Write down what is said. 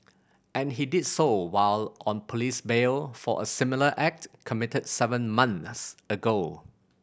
and he did so while on police bail for a similar act committed seven months ago